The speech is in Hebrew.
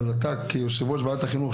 אבל אתה כיושב-ראש ועדת החינוך,